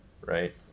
right